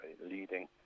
leading